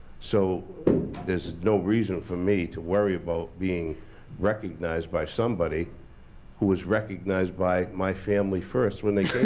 so there's no reason for me to worry about being recognized by somebody who is recognized by my family first when they